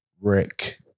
Rick